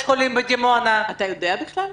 אתה יודע בכלל?